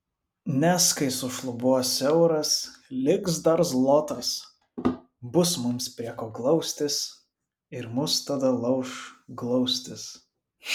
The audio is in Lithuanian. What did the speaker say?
nes kai sušlubuos euras liks dar zlotas bus mums prie ko glaustis ir mus tada lauš glaustis